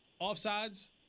offsides